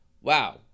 wow